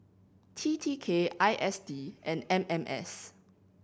T T K I S D and M M S